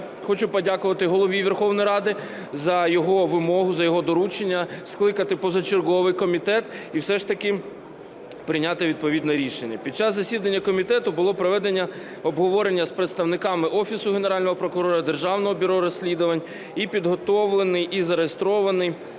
хочу подякувати Голові Верховної Ради за його вимогу, за його доручення скликати позачерговий комітет і все ж таки прийняти відповідне рішення. Під час засідання комітету було проведено обговорення з представниками Офісу Генерального прокурора, Державного бюро розслідувань і підготовлений, і зареєстрований